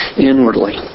inwardly